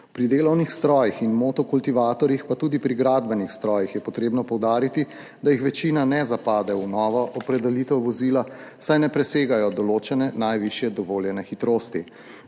Pri delovnih strojih in motokultivatorjih, pa tudi pri gradbenih strojih, je treba poudariti, da jih večina ne zapade v novo opredelitev vozila, saj ne presegajo določene najvišje dovoljene hitrosti,